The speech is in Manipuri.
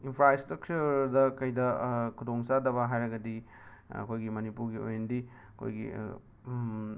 ꯏꯟꯐ꯭ꯔꯥꯁ꯭ꯇꯛꯆꯔꯗ ꯀꯩꯗ ꯈꯨꯗꯣꯡꯆꯥꯗꯕ ꯍꯥꯏꯔꯒꯗꯤ ꯑꯩꯈꯣꯏꯒꯤ ꯃꯅꯤꯄꯨꯔꯒꯤ ꯑꯣꯏꯅꯗꯤ ꯑꯩꯈꯣꯏꯒꯤ